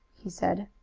he said.